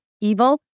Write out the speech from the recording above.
evil